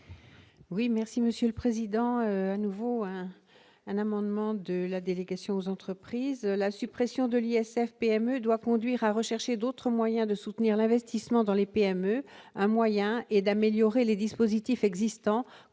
Oui, merci Monsieur le Président, à nouveau, un amendement de la délégation aux entreprises, la suppression de l'ISF-PME doit conduire à rechercher d'autres moyens de soutenir l'investissement dans les PME, un moyen et d'améliorer les dispositifs existants